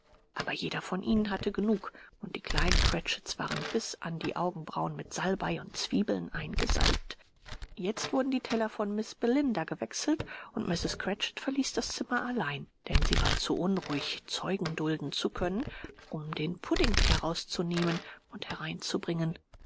aber jeder von ihnen hatte genug und die kleinen cratchits waren bis an die augenbrauen mit salbei und zwiebeln eingesalbt jetzt wurden die teller von miß belinda gewechselt und mrs cratchit verließ das zimmer allein denn sie war zu unruhig zeugen dulden zu können um den pudding herauszunehmen und hereinzubringen